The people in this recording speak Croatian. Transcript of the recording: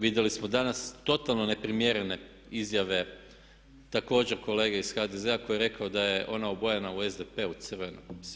Vidjeli smo danas totalno neprimjerene izjave također kolege iz HDZ-a koji je rekao da je ona obojana u SDP, u crveno.